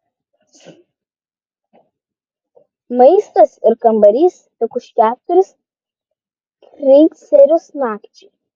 maistas ir kambarys tik už keturis kreicerius nakčiai